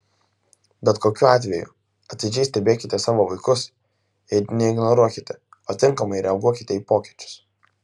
bet kokiu atveju atidžiai stebėkite savo vaikus ir neignoruokite o tinkamai reaguokite į pokyčius